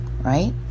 right